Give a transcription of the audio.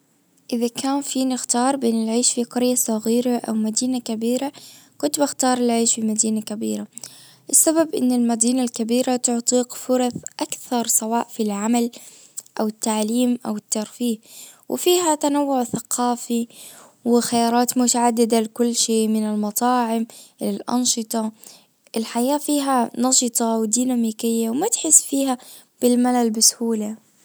ازا كان في نخار بنعيش في قرية صغيرة او مدينة كبيرة كنت بختار العيش في مدينة كبيرة. بسبب ان المدينة الكبيرة تعطيك فرث اكثر سواء في العمل او التعليم او الترفيه. وفيها تنوع ثقافي وخيارات متعددة لكل شيء من المطاعم الى الانشطة الحياة فيها نشطة وديناميكية وما تحس فيها بالملل بسهولة.